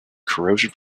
corrosion